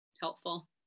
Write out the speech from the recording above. helpful